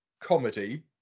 comedy